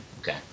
Okay